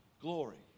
glory